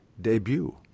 debut